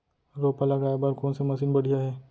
रोपा लगाए बर कोन से मशीन बढ़िया हे?